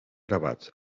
gravats